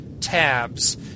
tabs